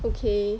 okay